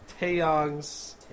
Taeyong's